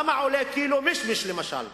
כמה עולה קילו משמש, למשל?